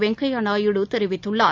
வெங்கய்யா நாயுடு தெரிவித்துள்ளார்